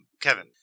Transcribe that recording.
kevin